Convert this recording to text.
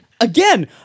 Again